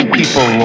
people